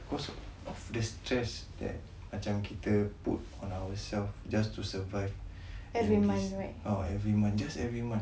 because of the stress that macam kita put on ourselves just to survive every month